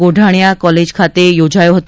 Godhaniya college ખાતે યોજાયો હતો